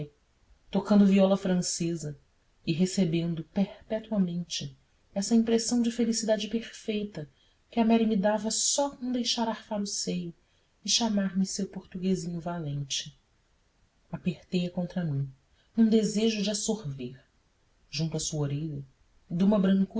tocando viola francesa e recebendo perpetuamente essa impressão de felicidade perfeita que a mary me dava só com deixar arfar o seio e chamarme seu portuguesinho valente apertei-a contra mim num desejo de a sorver junto à sua orelha de uma brancura